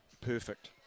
Perfect